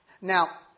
Now